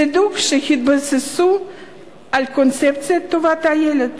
צידוק שהתבסס על קונספציית טובת הילד: